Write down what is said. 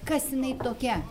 kas jinai tokia